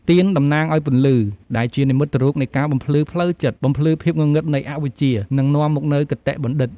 ទៀនតំណាងឱ្យ ពន្លឺ ដែលជានិមិត្តរូបនៃការបំភ្លឺផ្លូវចិត្ត បំភ្លឺភាពងងឹតនៃអវិជ្ជា និងនាំមកនូវគតិបណ្ឌិត។